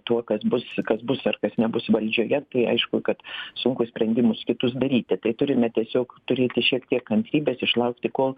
tuo kas bus kas bus ar kas nebus valdžioje tai aišku kad sunku sprendimus kitus daryti tai turime tiesiog turėti šiek tiek kantrybės išlaukti kol